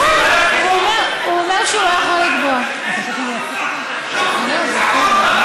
פרקליט המדינה אומר שהוא לא יכול לקבוע אם היה פיגוע או לא.